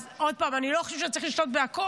אז עוד פעם, אני לא חושבת שאתה צריך לשלוט בכול,